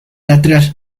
atrás